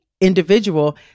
individual